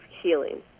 healing